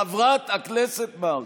חברת הכנסת מארק,